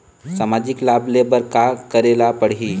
सामाजिक लाभ ले बर का करे ला पड़ही?